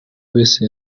wese